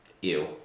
Ew